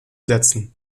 setzen